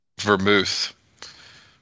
Vermouth